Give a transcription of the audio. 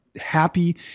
happy